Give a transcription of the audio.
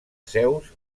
zeus